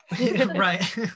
right